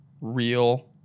real